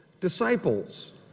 disciples